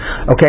okay